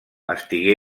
estigué